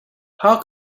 how